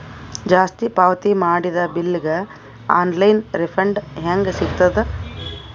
ಜಾಸ್ತಿ ಪಾವತಿ ಮಾಡಿದ ಬಿಲ್ ಗ ಆನ್ ಲೈನ್ ರಿಫಂಡ ಹೇಂಗ ಸಿಗತದ?